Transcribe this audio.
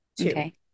Okay